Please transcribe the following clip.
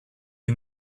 you